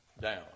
down